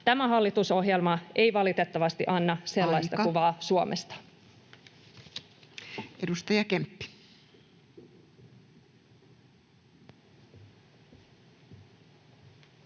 Tämä hallitusohjelma ei valitettavasti anna sellaista [Puhemies: Aika!] kuvaa Suomesta. Edustaja Kemppi. Arvoisa